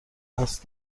قصد